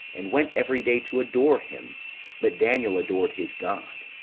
and went every day to adore him but daniel adored his god.